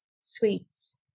sweets